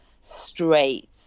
straight